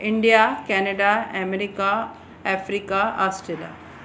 India Canada America Africa Australia